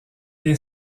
est